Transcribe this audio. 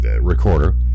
recorder